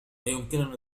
أيمكنني